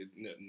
no